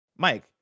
Mike